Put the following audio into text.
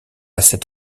cet